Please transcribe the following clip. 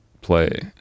play